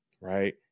Right